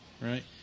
right